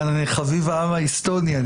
אחת, לגבי מה שפקיד הרישום הודיע.